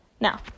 Now